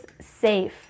safe